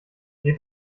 geht